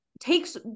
takes